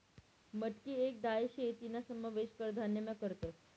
मटकी येक दाय शे तीना समावेश कडधान्यमा करतस